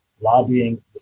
lobbying